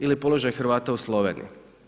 Ili položaj Hrvata u Sloveniji.